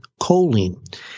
choline